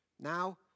now